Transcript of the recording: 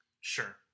Sure